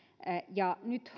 nyt